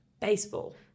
Baseball